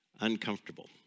uncomfortable